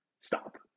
Stop